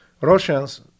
Russians